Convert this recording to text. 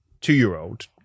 two-year-old